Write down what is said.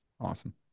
Awesome